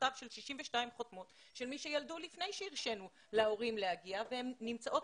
מכתב של 62 חותמות של מי שילדו לפני שהרשינו להורים להגיע והן נמצאות